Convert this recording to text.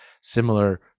similar